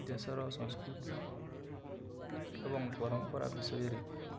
ଦେଶର ସଂସ୍କୃତି ଏବଂ ପରମ୍ପରା ବିଷୟରେ